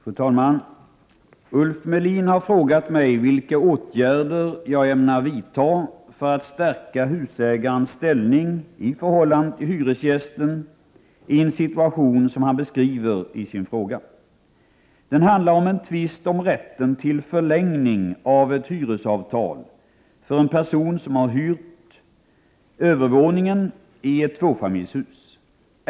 Fru talman! Ulf Melin har frågat mig vilka åtgärder jag ämnar vidta för att stärka husägarens ställning i förhållande till hyresgästen i en situation som han beskriver i sin fråga. Den handlar om en tvist om rätten till förlängning av ett hyresavtal för en person som har hyrt övervåningen i ett tvåfamiljshus.